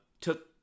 took